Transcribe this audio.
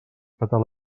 petar